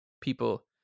people